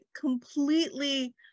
completely